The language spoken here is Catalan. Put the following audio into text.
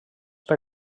per